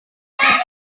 fuchs